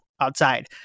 outside